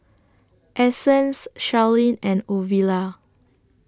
Essence Sharlene and Ovila